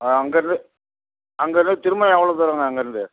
ஆ அங்கேருந்து அங்கேருந்து திரும்ப எவ்வளோ தூரங்க அங்கேருந்து